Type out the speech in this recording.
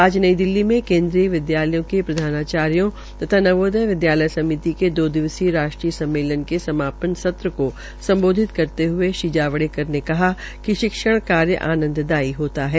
आ नई दिल्ली में केन्द्रीय विदयालयों के प्रधानाचार्यो तथा नवोदय विदयालय समिति के दो दिवसीय राष्ट्रीय सम्मेलन के समापन संत्र को सम्बोधित करते हये श्री ावड़ेकर ने कहा कि शिक्षण का कार्य आनंदमयी होता है